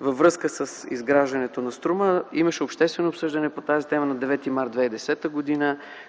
във връзка с изграждането на „Струма”. Имаше обществено обсъждане по тази тема на 9 март 2010 г.